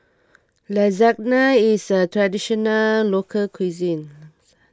Lasagna is a Traditional Local Cuisine